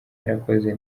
yarakoze